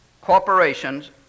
corporations